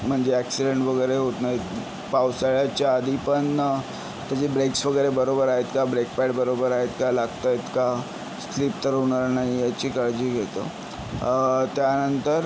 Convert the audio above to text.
म्हणजे अॅक्सिडंट वगैरे होत नाहीत पावसाळ्याच्या आधी पण त्याचे ब्रेक्स वगैरे बरोबर आहेत का ब्रेक पॅड बरोबर आहेत का लागताहेत का स्लिप तर होणार नाही याची काळजी घेतो त्यानंतर